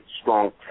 strong